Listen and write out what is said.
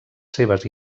seves